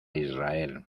israel